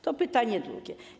To pytanie drugie.